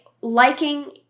liking